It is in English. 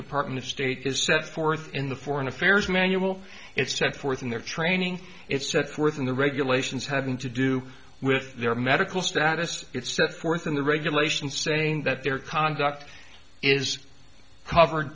department of state is set forth in the foreign affairs manual it's set forth in their training it's set forth in the regulations having to do with their medical status it's set forth in the regulations saying that their conduct is covered